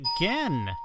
again